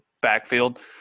backfield